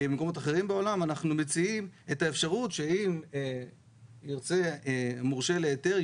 אנחנו מציעים את האפשרות שאם נרצה מורשה להיתר,